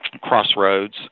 crossroads